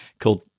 called